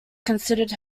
considered